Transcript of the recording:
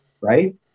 right